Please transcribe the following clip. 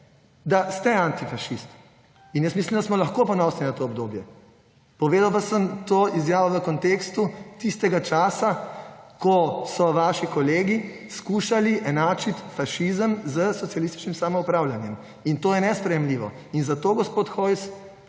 da ste antifašist. In jaz mislim, da smo lahko ponosni na to obdobje. Povedal pa sem to izjavo v kontekstu tistega časa, ko so vaši kolegi skušali enačiti fašizem s socialističnim samoupravljanjem. In to je nespremenljivo. Zato, gospod Hojs,